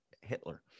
Hitler